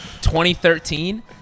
2013